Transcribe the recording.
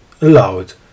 allowed